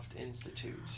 Institute